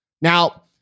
Now